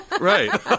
Right